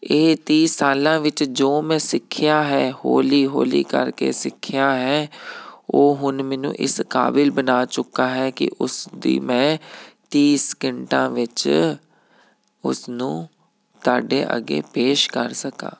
ਇਹ ਤੀਹ ਸਾਲਾਂ ਵਿੱਚ ਜੋ ਮੈਂ ਸਿੱਖਿਆ ਹੈ ਹੌਲੀ ਹੌਲੀ ਕਰਕੇ ਸਿੱਖਿਆ ਹੈ ਉਹ ਹੁਣ ਮੈਨੂੰ ਇਸ ਕਾਬਿਲ ਬਣਾ ਚੁੱਕਾ ਹੈ ਕਿ ਉਸਦੀ ਮੈਂ ਤੀਹ ਸਕਿੰਟਾਂ ਵਿੱਚ ਉਸ ਨੂੰ ਤੁਹਾਡੇ ਅੱਗੇ ਪੇਸ਼ ਕਰ ਸਕਾਂ